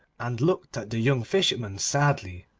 and looked at the young fisherman sadly.